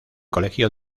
colegio